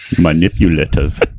Manipulative